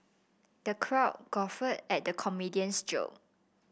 the crowd guffawed at the comedian's joke